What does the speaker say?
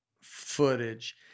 footage